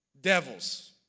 Devils